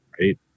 Right